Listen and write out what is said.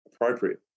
appropriate